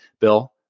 Bill